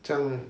这样